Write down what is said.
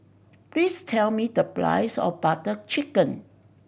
please tell me the price of Butter Chicken